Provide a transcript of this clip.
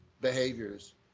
behaviors